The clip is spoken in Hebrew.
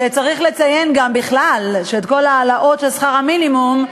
וצריך לציין גם בכלל שאת כל ההעלאות של שכר המינימום,